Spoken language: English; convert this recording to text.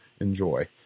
enjoy